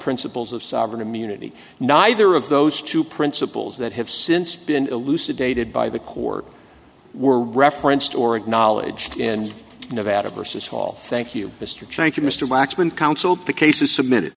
principles of sovereign immunity neither of those two principles that have since been elucidated by the court were referenced or acknowledged in nevada versus hall thank you mr chang q mr waxman counseled the cases submitted